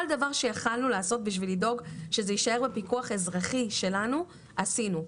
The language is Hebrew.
כל דבר שיכולתנו לעשות כדי לדאוג שזה יישאר בפיקוח אזרחי שלנו עשינו.